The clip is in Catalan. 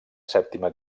sèptima